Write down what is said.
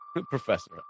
Professor